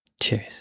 Cheers